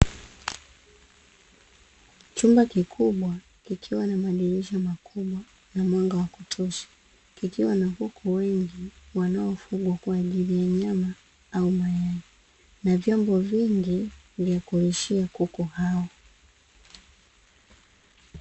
Chumba kikubwa kikiwa na madirisha makubwa na mwanga wa kutosha, kikiwa na kuku wengi, wanaofugwa kwa ajili ya nyama au mayai, na vyombo vingi vya kulishia kuku hao.